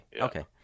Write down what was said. Okay